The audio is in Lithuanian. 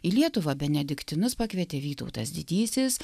į lietuvą benediktinus pakvietė vytautas didysis